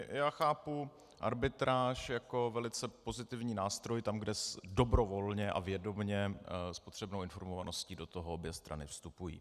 Já chápu arbitráž jako velice pozitivní nástroj tam, kde dobrovolně a vědomě s potřebnou informovaností do toho obě strany vstupují.